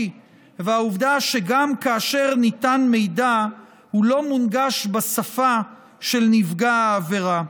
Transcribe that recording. והעובדה שגם כאשר ניתן מידע הוא לא מונגש בשפה של נפגע עבירה.